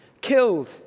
killed